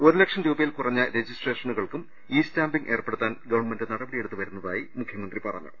ഒരുലക്ഷം രൂപയിൽ കുറഞ്ഞ രജിസ്ട്രേഷനുകൾക്കും ഇ സ്റ്റാമ്പിംഗ് ഏർപ്പെടുത്താൻ ഗവൺമെന്റ് നട പടിയെടുത്തുവരുന്നതായി മുഖ്യമന്ത്രി പറഞ്ഞു